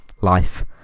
life